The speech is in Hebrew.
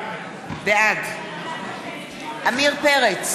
בעד עמיר פרץ,